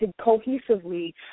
cohesively